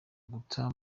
guta